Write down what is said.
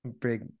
big